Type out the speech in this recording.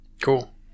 cool